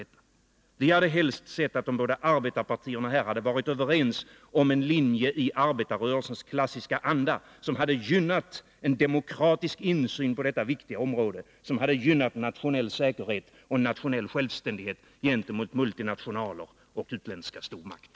Vi hade helst sett att de båda arbetarpartierna varit överens om en linje i arbetarrörelsens klassiska anda, som hade gynnat en demokratisk insyn på detta viktiga område, som hade gynnat nationell säkerhet och nationell självständighet gentemot ”multinationaler” och utländska stormakter.